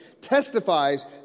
testifies